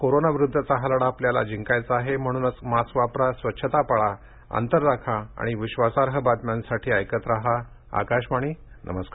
कोरोनाविरुद्धचा हा लढा आपल्याला जिंकायचा आहे म्हणूनच मास्क वापरा स्वच्छता पाळा अंतर राखा आणि विश्वासार्ह बातम्यांसाठी ऐकत रहा आकाशवाणी नमस्कार